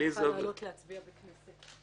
אני צריכה לעלות להצביע בוועדת הכנסת.